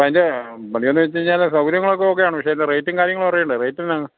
അതിന്റെ എന്ന് വെച്ച് കഴിഞ്ഞാൽ സൌകര്യങ്ങളൊക്കെ ഓക്കെയാണ് പക്ഷെ അതിലെ റേറ്റും കാര്യങ്ങളും റേറ്റ് എത്രയാണ്